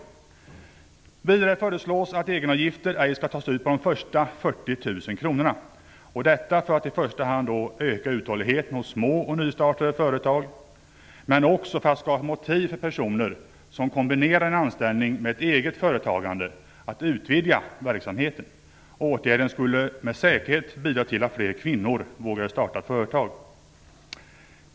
För det andra: Vi föreslår att egenavgifter inte skall tas ut på de första 40 000 kronorna - detta i första hand för att öka uthålligheten hos små och nystartade företag men också för att skapa motiv för personer som kombinerar anställning med ett eget företagande att utvidga verksamheten. Åtgärden skulle med säkerhet bidra till att fler kvinnor vågade starta företag.